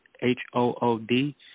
H-O-O-D